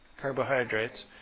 carbohydrates